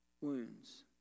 wounds